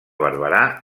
barberà